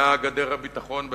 היה, גדר הביטחון בחברון,